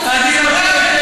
אתה לא מכיר את, אני מכיר היטב.